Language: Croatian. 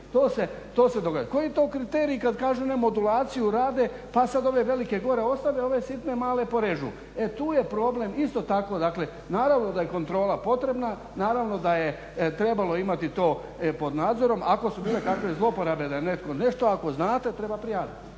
To se događa. Koji je to kriterij kada kažu modulaciju rade pa sada ove velike gore ostale a ove sitne male porežu. E tu je problem isto tako. Naravno da je kontrola potrebna, naravno da je trebalo imati to pod nadzorom ako su bile kakve zlouporabe da je netko nešto, ako znate treba prijaviti.